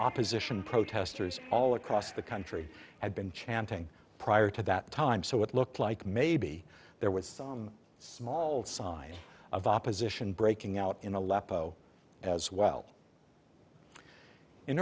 opposition protesters all across the country had been chanting prior to that time so it looked like maybe there was some small sign of opposition breaking out in aleppo as well in